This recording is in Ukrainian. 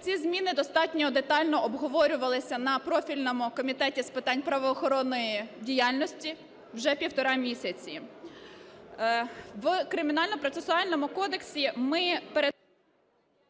Ці зміни достатньо детально обговорювалися на профільному Комітету з питань правоохоронної діяльності вже півтора місяця. В Кримінально-процесуальному кодексі ми… ГОЛОВУЮЧИЙ.